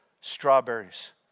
Strawberries